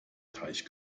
teich